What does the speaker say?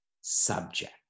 subject